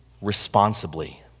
responsibly